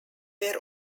were